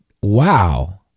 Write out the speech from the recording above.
wow